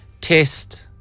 test